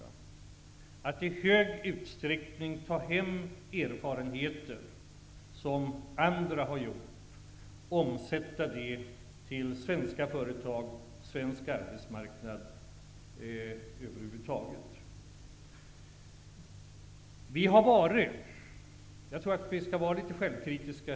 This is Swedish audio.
Det gäller att i stor utsträckning ta till vara erfarenheter som andra har gjort och omsätta dem i de svenska företagen och över huvud taget på den svenska arbetsmarknaden. Jag tror att vi skall vara litet självkritiska.